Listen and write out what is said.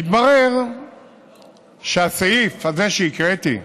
התברר שהסעיף הזה שהקראתי,